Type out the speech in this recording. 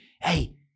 Hey